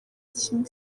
kimwe